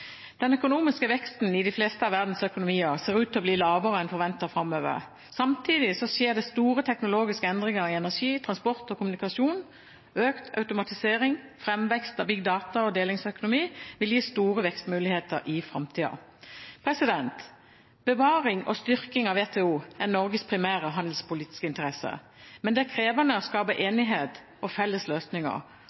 Den økonomiske veksten i de fleste av verdens økonomier ser ut til å bli lavere enn forventet framover. Samtidig skjer det store teknologiske endringer i energi, transport og kommunikasjon. Økt automatisering, framvekst av Big Data og delingsøkonomi vil gi store vekstmuligheter i framtida. Bevaring og styrking av WTO er Norges primære handelspolitiske interesse, men det er krevende å skape enighet og felles løsninger,